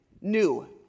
new